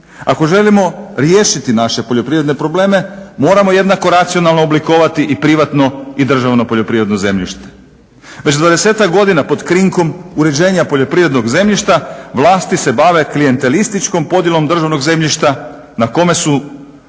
Ako želimo riješiti naše poljoprivredne probleme moramo jednako racionalno oblikovati i privatno i državno poljoprivredno zemljište. već 20 godina pod krinkom uređenja poljoprivrednog zemljišta vlasti se bave klijentalističkom podjelom državnog zemljišta na kome su